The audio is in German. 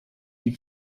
die